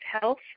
health